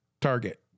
target